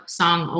song